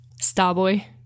Starboy